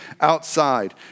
outside